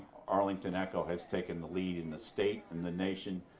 arlington echo has taken the lead in the state, in the nation,